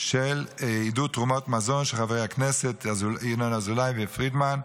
של עידוד תרומות מזון של חברי הכנסת ינון אזולאי ופרידמן.